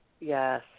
Yes